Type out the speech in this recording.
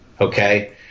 Okay